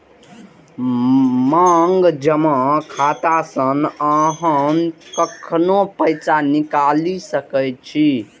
मांग जमा खाता सं अहां कखनो पैसा निकालि सकै छी